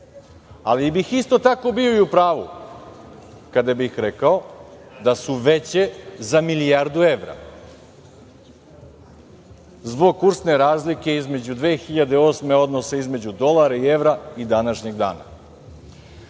ali bih isto tako bio u pravu kada bih rekao da su veće za milijardu evra, zbog kursne razlike između 2008. godine odnosa između dolara i evra i današnjeg dana. Zar